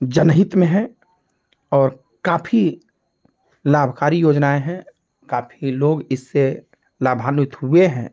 जनहित में है और काफ़ी लाभकारी योजनाएँ हैं काफ़ी लोग इससे लाभान्वित हुए हैं